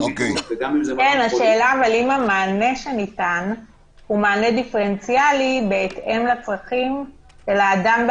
השאלה היא אם המענה שניתן הוא דיפרנציאלי בהתאם לצרכים של האדם,